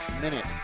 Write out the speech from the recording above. Minute